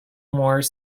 more